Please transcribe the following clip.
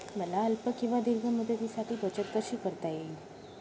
मला अल्प किंवा दीर्घ मुदतीसाठी बचत कशी करता येईल?